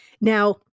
Now